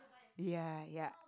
ya ya